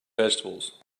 vegetables